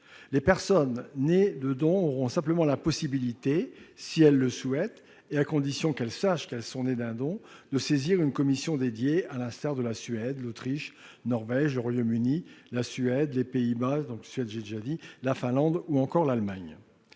Les personnes nées d'un don auront simplement la possibilité, si elles le souhaitent et à condition qu'elles sachent qu'elles sont nées d'un don, de saisir une commission dédiée, à l'instar de ce qui se passe en Suède, en Autriche, en Norvège, au Royaume-Uni, aux Pays-Bas, en Finlande ou encore en Allemagne.